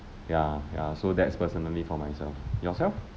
yeah ya so that's personally for myself yourself